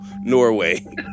Norway